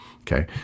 Okay